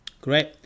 Great